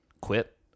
quit